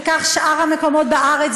וכך גם שאר המקומות בארץ,